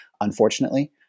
unfortunately